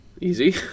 Easy